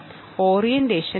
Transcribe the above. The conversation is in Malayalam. നിങ്ങളുടെ ഓറിയന്റേഷൻ മാറി